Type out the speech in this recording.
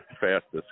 fastest